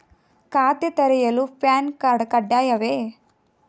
ಖಾತೆ ತೆರೆಯಲು PAN card ಕಡ್ಡಾಯವೇ?